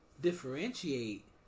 differentiate